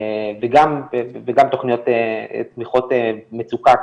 וגם תוכניות תמיכות מצוקה,